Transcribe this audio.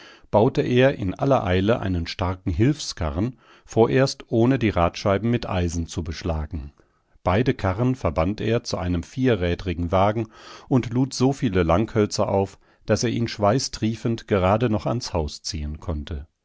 baute er in aller eile einen starken hilfskarren vorerst ohne die radscheiben mit eisen zu beschlagen beide karren verband er zu einem vierrädrigen wagen und lud so viele langhölzer auf daß er ihn schweißtriefend gerade noch ans haus ziehen konnte